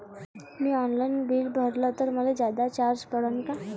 म्या online bill भरलं तर मले जादा चार्ज पडन का?